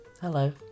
Hello